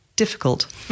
difficult